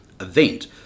event